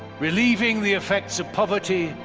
relieving the effects of poverty,